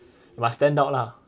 must stand out lah